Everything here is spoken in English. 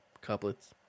couplets